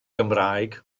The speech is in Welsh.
gymraeg